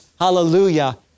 hallelujah